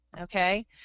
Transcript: okay